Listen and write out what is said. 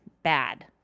bad